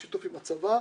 בשיתוף עם הצבא,